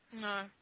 No